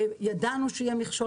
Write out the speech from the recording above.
ידענו שיהיה מכשול,